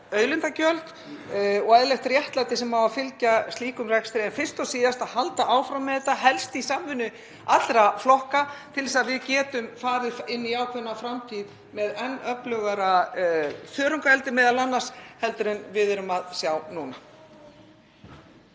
auðlindagjöld og eðlilegt réttlæti sem fylgir slíkum rekstri. En fyrst og síðast þurfum við að halda áfram með þetta, helst í samvinnu allra flokka, til þess að við getum farið inn í ákveðna framtíð með m.a. enn öflugra þörungaeldi heldur en við erum að sjá núna.